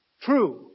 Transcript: true